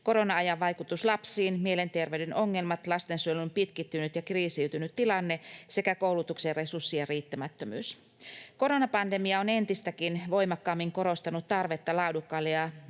korona-ajan vaikutus lapsiin, mielenterveyden ongelmat, lastensuojelun pitkittynyt ja kriisiytynyt tilanne sekä koulutuksen resurssien riittämättömyys. Koronapandemia on entistäkin voimakkaammin korostanut tarvetta laadukkaille ja